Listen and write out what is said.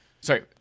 sorry